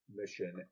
mission